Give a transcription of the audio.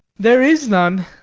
there is none.